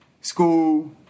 school